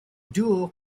duo